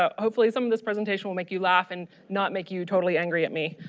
ah hopefully some of this presentation will make you laugh and not make you totally angry at me.